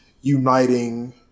uniting